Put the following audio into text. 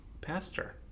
pastor